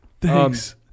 Thanks